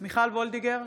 מיכל מרים וולדיגר,